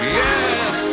yes